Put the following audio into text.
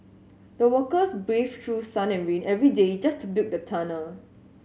the workers braved through sun and rain every day just to build the tunnel